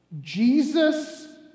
Jesus